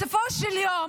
בסופו של יום,